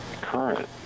current